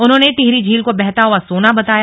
उन्होंने टिहरी झील को बहता हुआ सोना बताया